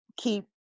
keep